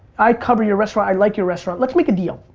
i cover your restaurant, i like your restaurant. let's make a deal.